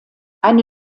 eine